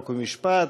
חוק ומשפט.